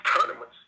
tournaments